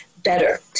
better